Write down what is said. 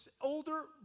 older